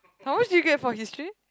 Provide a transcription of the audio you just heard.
how much did you get for history